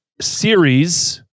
series